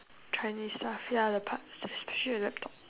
china stuff ya the parts especially the laptop